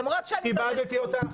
למרות שאני לא ליכוד.